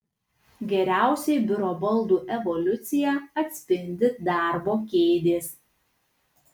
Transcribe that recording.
geriausiai biuro baldų evoliuciją atspindi darbo kėdės